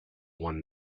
one